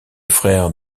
frère